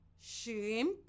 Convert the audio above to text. shrimp